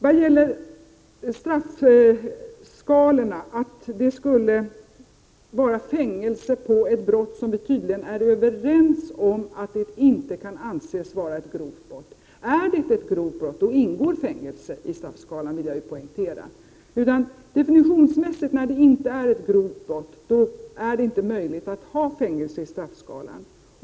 Vad gäller straffskalorna har det hävdats att straffet borde kunna vara fängelse för detta brott, även om vi tydligen är överens om att det inte kan anses vara grovt. Är det ett grovt brott, då ingår fängelse i straffskalan, vill jag poängtera. Definitionsmässigt är det så att är det inte ett grovt brott, är det inte möjligt att ha fängelse i straffskalan.